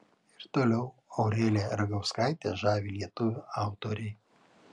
ir toliau aureliją ragauskaitę žavi lietuvių autoriai